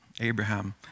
Abraham